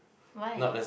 why